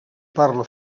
parla